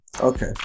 Okay